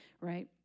right